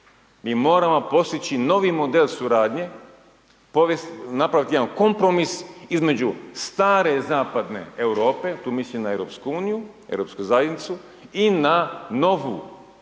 Mi moramo postići novi model suradnje, napraviti jedan kompromis između stare zapadne Europe, tu mislim na Europsku uniju, Europsku zajednicu, i na novu